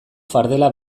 fardela